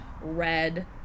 red